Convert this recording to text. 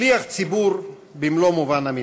שליח ציבור במלוא מובן המילה.